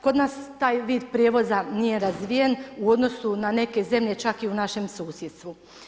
Kod nas taj vid prijevoza nije razvijen u odnosu na neke zemlje čak i u našem susjedstvu.